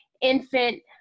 infant